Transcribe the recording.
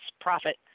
profit